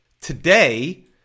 Today